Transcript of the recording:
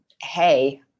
Hey